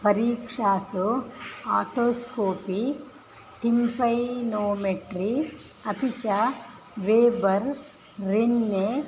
परीक्षासु otoscopy tympanometry अपि च Weber Rinne